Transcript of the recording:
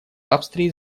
австрии